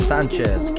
Sanchez